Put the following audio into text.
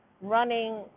running